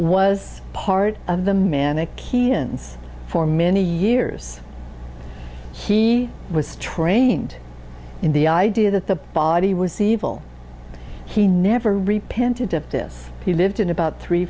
was part of the manic eons for many years he was trained in the idea that the body was evil he never repented of this he lived in about three